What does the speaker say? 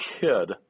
kid